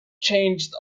changed